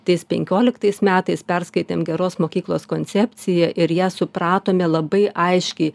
tais penkioliktais metais perskaitėm geros mokyklos koncepciją ir ją supratome labai aiškiai